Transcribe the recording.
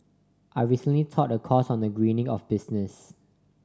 I recently taught a course on the greening of business